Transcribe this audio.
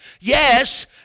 yes